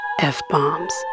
F-bombs